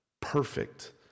perfect